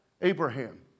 Abraham